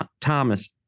Thomas